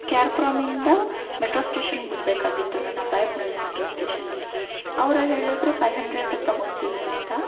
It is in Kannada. ಕೆ ಆರ್ ಪುರಮಿಂದ ಮೆಟ್ರೋ ಸ್ಟೇಷನ್ನಿಗೆ ಬಿಡಬೇಕಾಗಿತ್ತು ನನ್ನ ಬೈಯ್ಯಪ್ಪನಳ್ಳಿ ಮೆಟ್ರೋ ಸ್ಟೇಷನ್ಗೆ ಅವ್ರು ಹೇಳಿದ್ರು ಫೈವ್ ಹಂಡ್ರೆಡ್ ತಗೊಳ್ತೀವಿ ಅಂತ